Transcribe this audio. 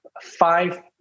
five